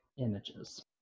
Images